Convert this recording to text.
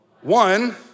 One